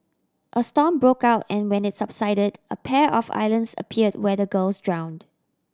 a storm broke out and when it subsided a pair of islands appeared where the girls drowned